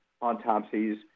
autopsies